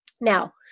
Now